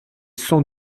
sans